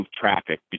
traffic